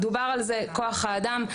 דובר על זה כוח האדם,